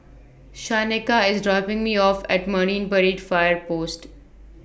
Shaneka IS dropping Me off At Marine Parade Fire Post